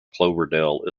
cloverdale